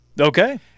Okay